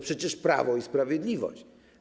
Przecież Prawo i Sprawiedliwość.